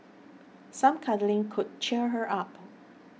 some cuddling could cheer her up